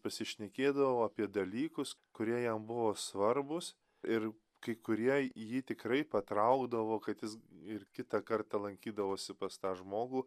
pasišnekėdavo apie dalykus kurie jam buvo svarbūs ir kai kurie jį tikrai patraukdavo kad jis ir kitą kartą lankydavosi pas tą žmogų